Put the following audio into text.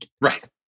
Right